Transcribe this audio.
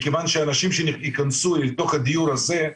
מכיוון שאנשים שייכנסו לתוך הדיור הזה,